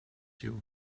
you